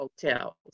hotels